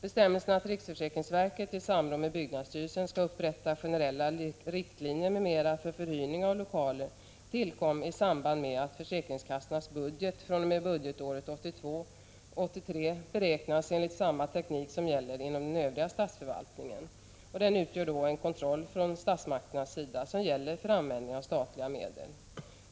Bestämmelsen att riksförsäkringsverket i samråd med byggnadsstyrelsen skall upprätta generella riktlinjer m.m. för förhyrning av lokaler tillkom i samband med att försäkringskassornas budget fr.o.m. budgetåret 1982/83 började beräknas enligt samma teknik som gäller inom övriga statsförvaltningen, och den utgör en kontroll från statsmakternas sida som gäller användningen av statliga medel.